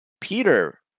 Peter